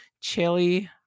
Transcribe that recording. chili